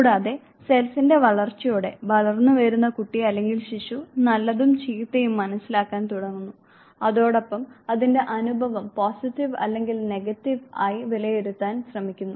കൂടാതെ സെൽഫിന്റെ വളർച്ചയോടെ വളർന്നുവരുന്ന കുട്ടി അല്ലെങ്കിൽ ശിശു നല്ലതും ചീത്തയും മനസ്സിലാക്കാൻ തുടങ്ങുന്നു അതോടൊപ്പം അതിന്റെ അനുഭവം പോസിറ്റീവ് അല്ലെങ്കിൽ നെഗറ്റീവ് ആയി വിലയിരുത്താൻ ശ്രമിക്കുന്നു